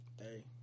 hey